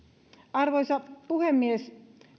arvoisa puhemies